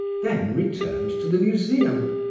then returned to the museum,